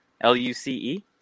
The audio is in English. L-U-C-E